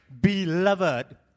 beloved